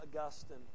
augustine